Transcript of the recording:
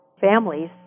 families